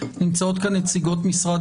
נציגי משרד